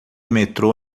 metrô